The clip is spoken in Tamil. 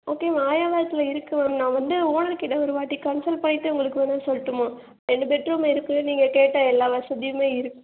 ஓகே மாயாவரத்தில் இருக்கு மேம் நான் வந்து ஓனர் கிட்ட ஒரு வாட்டி கன்சல் பண்ணிவிட்டு உங்களுக்கு வந்து சொல்லட்டுமா ரெண்டு பெட்ரூம் இருக்கு நீங்கள் கேட்ட எல்லா வசதியுமே இருக்கு